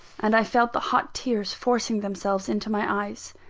and i felt the hot tears forcing themselves into my eyes.